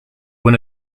one